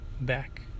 back